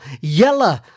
yellow